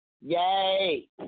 Yay